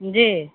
जी